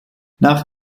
nach